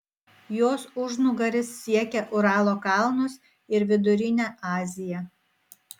jos užnugaris siekia uralo kalnus ir vidurinę aziją